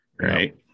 right